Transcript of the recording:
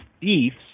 thieves